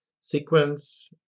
sequence